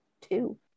two